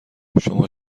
شما